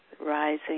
rising